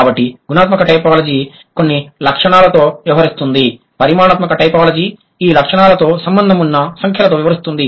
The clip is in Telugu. కాబట్టి గుణాత్మక టైపోలాజీ కొన్ని లక్షణాలతో వ్యవహరిస్తుంది పరిమాణాత్మక టైపోలాజీ ఈ లక్షణాలతో సంబంధం ఉన్న సంఖ్యలతో వ్యవహరిస్తుంది